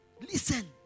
Listen